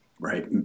right